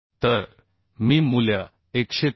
तर मी मूल्य 130